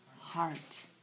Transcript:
heart